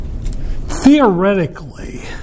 theoretically